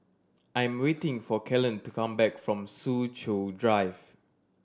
I am waiting for Kellan to come back from Soo Chow Drive